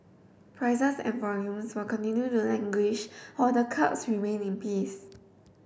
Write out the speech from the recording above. prices and volumes will continue to languish while the curbs remain in peace